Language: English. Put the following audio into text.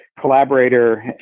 collaborator